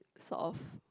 sort of